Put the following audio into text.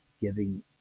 giving